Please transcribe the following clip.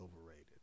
overrated